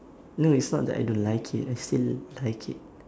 no it's not that I don't like it I still like it